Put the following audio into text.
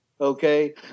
Okay